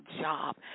job